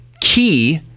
key